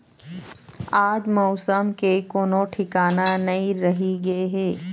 आज मउसम के कोनो ठिकाना नइ रहि गे हे